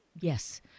Yes